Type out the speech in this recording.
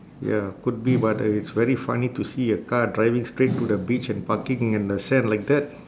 ya could be but uh it's very funny to see a car driving straight to the beach and parking in the sand like that